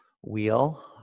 Wheel